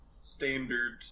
standard